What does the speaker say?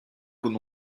con